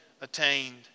attained